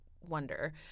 wonder